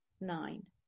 nine